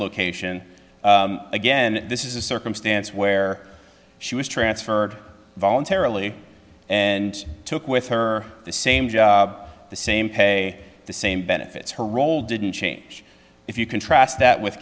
location again this is a circumstance where she was transferred voluntarily and took with her the same the same pay the same benefits her role didn't change if you contrast that with